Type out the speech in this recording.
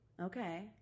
Okay